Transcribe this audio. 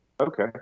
okay